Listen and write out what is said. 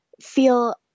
feel